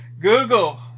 Google